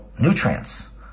nutrients